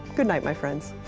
goodnight, my friends.